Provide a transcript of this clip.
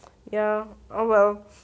ya oh well